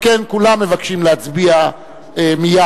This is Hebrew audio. שכן כולם מבקשים להצביע מייד,